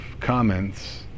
comments